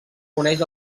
coneix